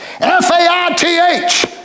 F-A-I-T-H